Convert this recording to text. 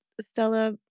Stella